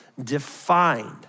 defined